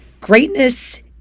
greatness